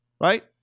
right